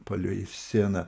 palei sieną